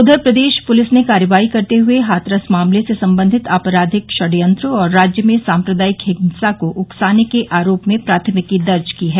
उधर प्रदेश पुलिस ने कार्रवाई करते हुए हाथरस मामले से संबंधित आपराधिक षडयंत्र और राज्य में साम्प्रदायिक हिंसा को उकसाने के आरोप में प्राथमिकी दर्ज की है